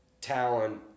talent